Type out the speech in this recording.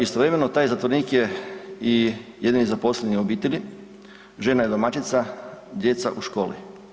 Istovremeno taj zatvorenik je i jedini zaposleni u obitelji, žena je domaćica, djeca u školi.